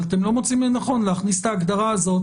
אבל אתם לא מוצאים לנכון להכניס את ההגדרה הזאת